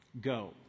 go